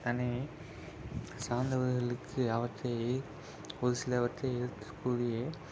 தன்னை சார்ந்தவர்களுக்கு அவற்றை ஒரு சிலவற்றை எடுத்து கூறி